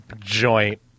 joint